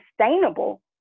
sustainable